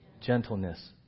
Gentleness